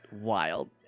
wild